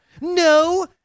No